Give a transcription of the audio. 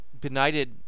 benighted